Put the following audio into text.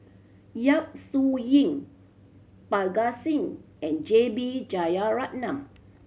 Yap Su Yin Parga Singh and J B Jeyaretnam